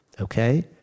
Okay